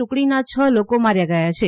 ટુકડીના છ લોકો માર્યા ગયા છે